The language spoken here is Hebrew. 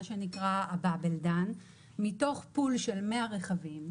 מה שנקרא ה-באבל דן - מתוך פול של 100 רכבים,